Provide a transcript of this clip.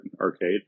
arcade